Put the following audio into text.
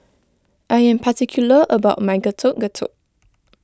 I am particular about my Getuk Getuk